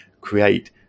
create